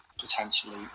potentially